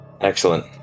Excellent